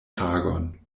tagon